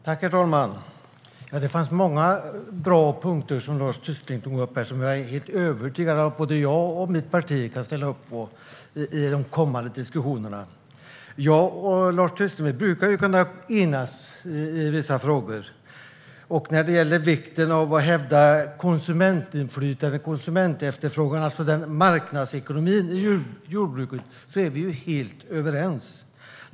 Herr talman! Det var många bra punkter som Lars Tysklind tog upp och som jag är helt övertygad om att både jag och mitt parti kan ställa upp på i de kommande diskussionerna. Jag och Lars Tysklind brukar ju kunna enas i vissa frågor. När det gäller vikten av att hävda konsumentinflytandet och konsumentefterfrågan, alltså marknadsekonomin i jordbruket, är vi helt överens.